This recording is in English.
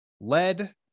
lead